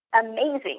amazing